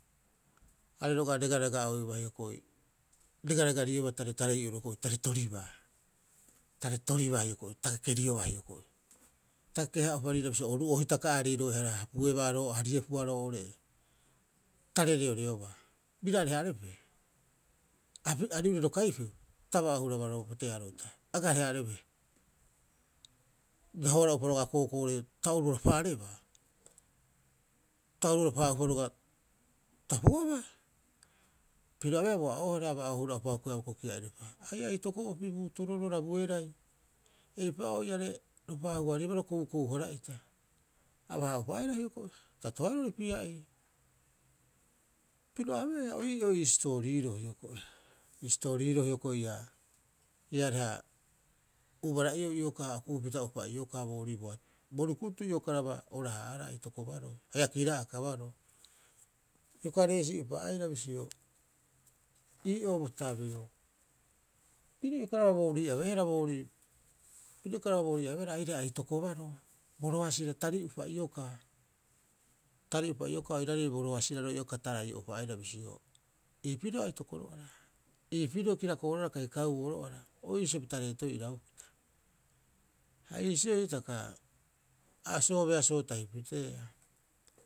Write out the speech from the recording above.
Are roga'a regarega'oeuba hioko'i regaregarieuba tareotarei'oro tare toribaa, tare toriba hioko'i ta kekerioba hioko'i ta kekehaa'upa bisioba, oru'oo hitaka aareiroehara hariepua hapuebaa oo'ore e. Tare reoreobaa, biraareha arepehe? Aru ure ro kaipeu? Ta baa'oohuraba bo teaaro'ita. Agaareha arebehe. A raoara'upa roga'a kookoore ta ooruara pa'arebaa. Ta ooruara pa'ahara'upa ta puabaa. Piro abeea a oohurabaa bokoki'iripa, ai atoko'opi urotuuoro ro Rabuerai eipa'oo iare ro paahuhararibaa ro koukou- hara'ita, aba- haa'upa aira hioko'i. Ta toheea roo'ore pia'ii. Piro abeea. Oii'o ii sitooriiroo hioki iisitooriiro hioko'i, iaa iaareha ubara'iou ioka okuupitauopa iokaa bo rii bo rukutui iokaraba ora- haaharhara aitokobaroo haia kira'aka baroo ioka resii'upa aira bisio ii'oo botabeo. Piro iokaraba boorii abeehara boorii, piro iokaraba boorii abeehara airai aitoko baroo, bo roasira, tari'opa iokaatari'opa iokaa oiraarei bo roasiraro ioka tarai'o'upa aira bisio, ii pirio aitokoro'ara, ii pirio kirakooro'ara kai kauooro'ara o iisio pita reetoiiu iraupita. Ha iisioi hitaka a soobeasoo tahi piteea.